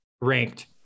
ranked